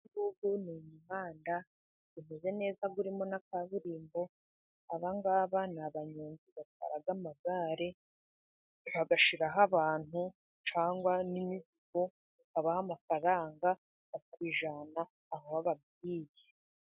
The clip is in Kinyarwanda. Uyu nguyu ni umuhanda umeze neza, urimo na kaburimbo, abangaba ni abanyonzi twara amagare bagashyiraho abantu cyangwa n'imizigo, bakabaha amafaranga bakabijyana aho bababwiye.